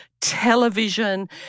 television